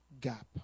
gap